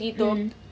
hmm